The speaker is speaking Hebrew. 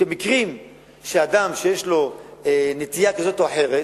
שמקרים שאדם שיש לו נטייה כזאת או אחרת